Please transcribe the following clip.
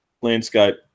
landscape